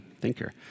thinker